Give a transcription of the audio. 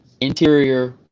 interior